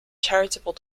charitable